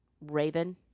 raven